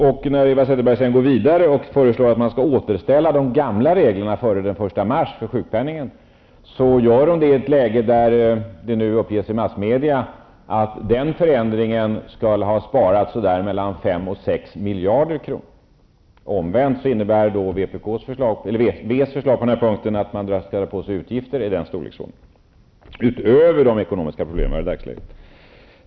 Och då Eva Zetterberg går vidare och föreslår att man skall återinföra de gamla reglerna för sjukförsäkringen före den 1 mars, så gör hon det i ett läge där massmedia uppger att den förändringen skulle ha sparat 5 à 6 miljarder kronor. Omvänt innebär vänsterpartiets förslag på den här punkten att man lastar på sig utgifter i samma storleksordning, utöver de ekonomiska problem som finns i dagsläget.